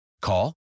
Call